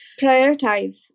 prioritize